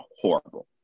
horrible